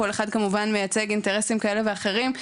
כל אחד כמובן מייצג אינטרסים כאלה ואחרים,